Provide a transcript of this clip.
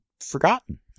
forgotten